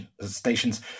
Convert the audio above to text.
stations